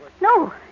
No